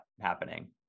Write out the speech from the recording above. happening